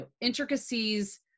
intricacies